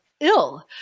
ill